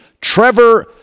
Trevor